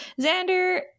Xander